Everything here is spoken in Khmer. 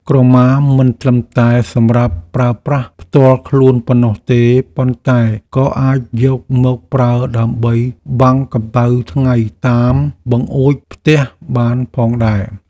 ក្រមាមិនត្រឹមតែសម្រាប់ប្រើប្រាស់ផ្ទាល់ខ្លួនប៉ុណ្ណោះទេប៉ុន្តែក៏អាចយកមកប្រើដើម្បីបាំងកម្តៅថ្ងៃតាមបង្អួចផ្ទះបានផងដែរ។